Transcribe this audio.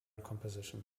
composition